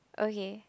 okay